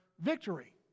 victory